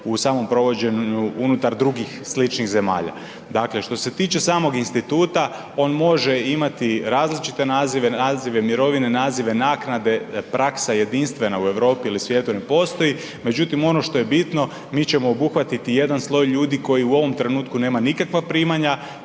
u samom provođenju unutar drugih sličnih zemalja. Dakle, što se tiče samog instituta on može imati različite nazive, nazive mirovine, nazive naknade, praksa jedinstvena u Europi ili svijetu ne postoji. Međutim ono što je bitno, mi ćemo obuhvatiti jedan sloj ljudi koji u ovom trenutku nema nikakva primanja,